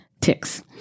ticks